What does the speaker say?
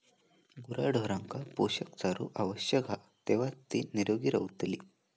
गुराढोरांका पोषक चारो आवश्यक हा तेव्हाच ती निरोगी रवतली